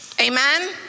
Amen